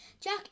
Jack